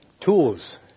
tools